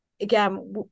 again